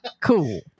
Cool